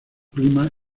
clima